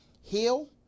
heal